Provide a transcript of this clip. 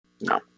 No